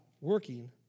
working